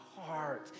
heart